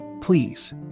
Please